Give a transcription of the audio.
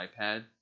iPad